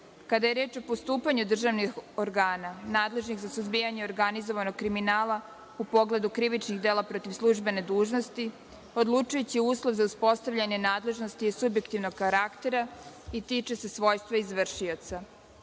je reč o postupanju državnih organa nadležnih za suzbijanje organizovanog kriminala u pogledu krivičnih dela protiv službene dužnosti odlučujući uslov za uspostavljanje nadležnosti je subjektivnog karaktera i tiče se svojstva izvršioca,